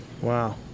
Wow